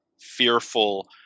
fearful